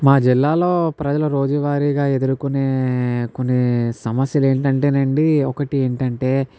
మా జిల్లాలో ప్రజల రోజువారీగా ఎదుర్కొనే కొన్ని సమస్యలు ఏంటంటే నండి ఒకటి ఏంటంటే